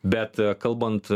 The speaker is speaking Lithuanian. bet kalbant